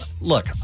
look